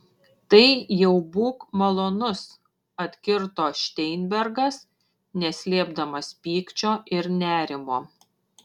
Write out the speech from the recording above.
tai jau būk malonus atkirto šteinbergas neslėpdamas pykčio ir nerimo